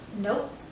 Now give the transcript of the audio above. Nope